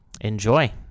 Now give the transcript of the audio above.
enjoy